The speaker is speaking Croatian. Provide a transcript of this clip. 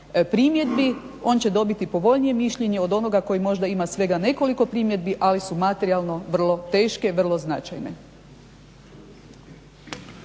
primjedbi, on će dobiti povoljnije mišljenje od onoga koji možda ima svega nekoliko primjedbe, ali su materijalno vrlo teške, vrlo značajne.